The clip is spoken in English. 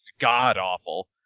god-awful